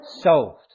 solved